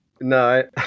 no